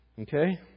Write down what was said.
Okay